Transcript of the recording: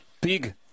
pig